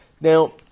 Now